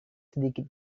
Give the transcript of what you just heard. sedikit